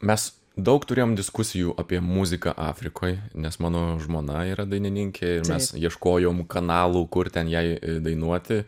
mes daug turėjom diskusijų apie muziką afrikoj nes mano žmona yra dainininkė ir mes ieškojom kanalų kur ten jai dainuoti